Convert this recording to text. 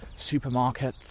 supermarkets